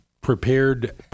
prepared